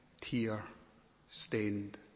tear-stained